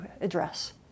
address